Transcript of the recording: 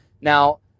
Now